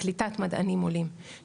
קליטת מדענים עולים,